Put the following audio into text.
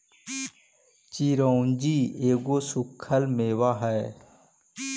चिरौंजी एगो सूखल मेवा हई